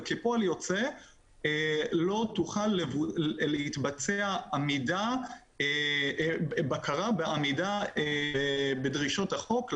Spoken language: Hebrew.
וכפועל יוצא לא תוכל להתבצע בקרה בעמידה בדרישות החוק.